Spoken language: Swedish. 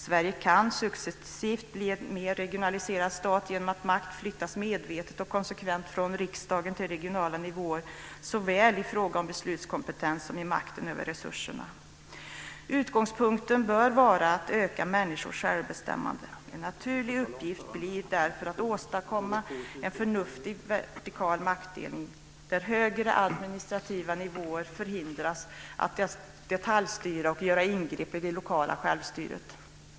Sverige kan successivt bli en mer regionaliserad stat genom att makt flyttas medvetet och konsekvent från riksdagen till regionala nivåer såväl i fråga om beslutskompetens som makten över resurserna. Utgångspunkten bör vara att öka människors självbestämmande. En naturlig uppgift blir därför att åstadkomma en förnuftig vertikal maktdelning där högre administrativa nivåer förhindras att detaljstyra och göra ingrepp i det lokala självstyret.